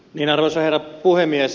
arvoisa herra puhemies